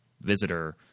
visitor